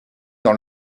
dans